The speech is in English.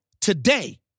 today